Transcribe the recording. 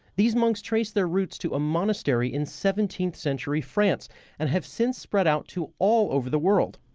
these monks traced their roots to a monastery in seventeenth century france and have since spread out to all over the world.